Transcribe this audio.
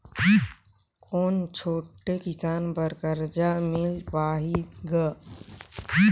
कौन छोटे किसान बर कर्जा मिल पाही ग?